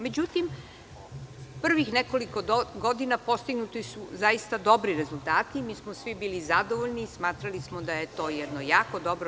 Međutim, prvih nekoliko godina postignuti su zaista dobri rezultati, svi smo bili zadovoljni i smatrali smo da je to jedno jako dobro